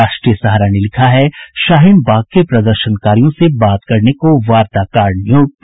राष्ट्रीय सहारा ने लिखा है शाहीन बाग के प्रदर्शनकारियों से बात करने को वार्ताकार नियुक्त